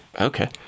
okay